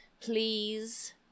Please